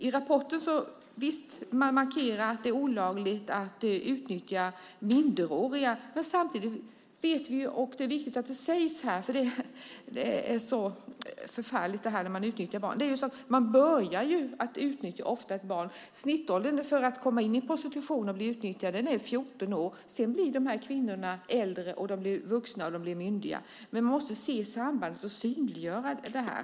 I rapporten markerar man att det är olagligt att utnyttja minderåriga, men samtidigt vet vi ju - det är viktigt att det sägs, för det är så förfärligt att man utnyttjar barn - att man ofta börjar utnyttja ett barn. Snittåldern för att komma in i prostitution och bli utnyttjad är 14 år. Sedan blir de här kvinnorna äldre, de blir vuxna och de blir myndiga. Man måste se sambandet och synliggöra det här.